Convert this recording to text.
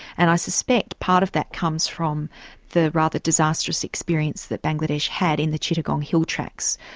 and i suspect part of that comes from the rather disastrous experience that bangladesh had in the chittagong hill tracks,